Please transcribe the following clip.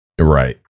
Right